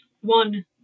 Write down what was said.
one